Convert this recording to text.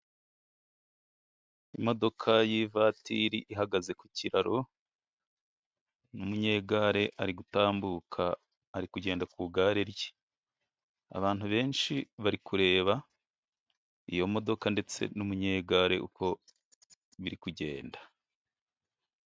Imodoka y'ivatiri ihagaze ku kiraro n'umunyegare ari gutambuka ari kugenda, ku igare rye. Abantu benshi bari kureba iyo modoka ndetse n'umunyegare uko biri kugenda.